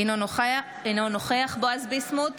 אינו נוכח בועז ביסמוט,